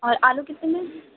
اور آلو کتنے میں